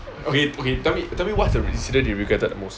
okay okay tell me tell me what's the incident you regretted the most